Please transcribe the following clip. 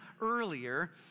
earlier